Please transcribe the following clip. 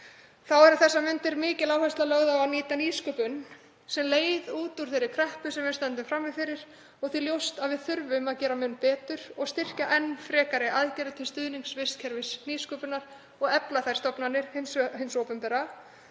Þá er um þessar mundir mikil áhersla lögð á að nýta nýsköpun sem leið út úr þeirri kreppu sem við stöndum frammi fyrir og því ljóst að við þurfum að gera mun betur og styrkja enn frekari aðgerðir til stuðnings vistkerfi nýsköpunar og efla þær stofnanir hins opinbera